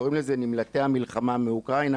קוראים לזה "נמלטי המלחמה מאוקראינה"